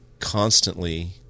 Constantly